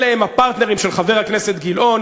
אלה הם הפרטנרים של חבר הכנסת גילאון